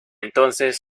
entonces